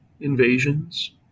Invasions